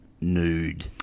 nude